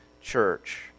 Church